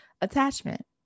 attachment